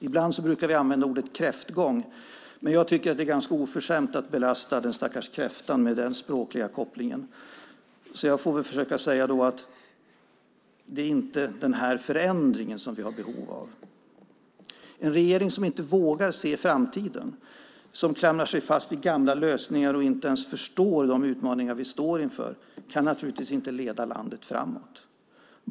Ibland använder vi ordet kräftgång, men jag tycker att det är ganska oförskämt att belasta den stackars kräftan med den språkliga kopplingen. Därför får jag väl försöka säga att det inte är den här förändringen som vi har behov av. En regering som inte vågar se framtiden, som klamrar sig fast vid gamla lösningar och inte ens förstår de utmaningar vi står inför kan naturligtvis inte leda landet framåt.